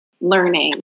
learning